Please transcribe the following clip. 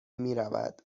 میرود